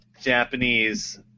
Japanese